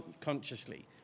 consciously